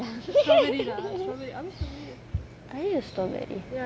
are we the strawberry